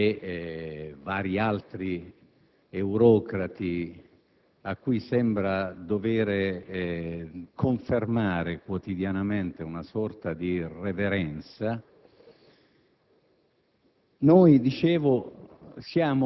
accontentando così Almunia e vari altri eurocrati, a cui sembra doversi confermare quotidianamente una sorta di reverenza.